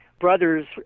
brothers